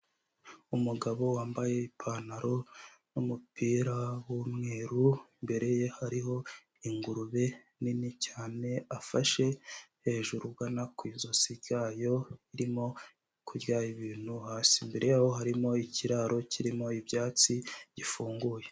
Umugabo wambaye ipantaro n'umupira w'umweru, imbere ye hariho ingurube nini cyane, afashe hejuru ugana ku ijosi ryayo, irimo kurya ibintu hasi. Imbere yajo harimo ikiraro kirimo ibyatsi, gifunguye.